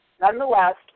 Nonetheless